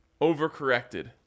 overcorrected